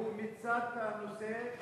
הוא מיצה את הנושא,